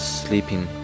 sleeping